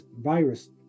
virus